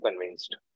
convinced